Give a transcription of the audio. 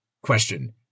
question